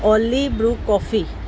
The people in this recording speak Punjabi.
ਓਲੀ ਬਰੂ ਕੌਫੀ